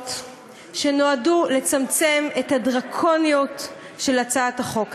הסתייגויות שנועדו לצמצם את הדרקוניות של הצעת החוק הזאת.